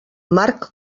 marc